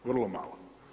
Vrlo malo.